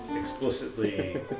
explicitly